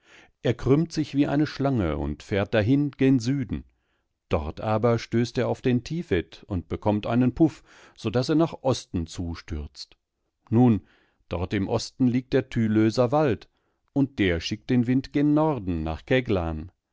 er krümmt sich wie eine schlange und fährt dahin gen süden dort aber stößt er auf den tived und bekommt einen puff so daß er nach osten zu stürzt nun dort im osten liegt der tylöser wald und der schickt den wind gen norden nach